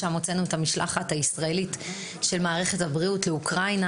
שם הוצאנו את המשלחת הישראלית של מערכת הבריאות לאוקראינה.